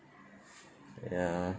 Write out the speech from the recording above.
ya